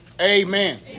Amen